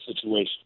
situation